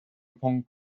upon